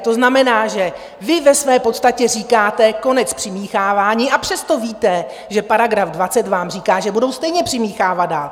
To znamená, že vy ve své podstatě říkáte: Konec přimíchávání, a přesto víte, že § 20 vám říká, že budou stejně přimíchávat dál.